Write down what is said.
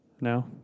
No